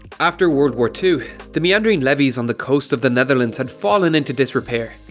after world war two, the meandering levees on the coast of the netherlands had fallen into disrepair,